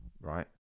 right